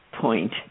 point